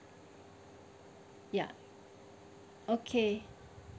ya okay